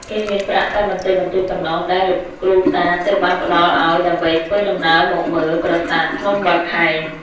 គេមានប្រាក់តែបន្តិចបន្តួចប៉ុណ្ណោះ ដែលលោកគ្រូតាទើបបានផ្តល់ឱ្យដើម្បីធ្វើ ដំណើរមកមើលប្រាសាទភ្នំបាខែង ។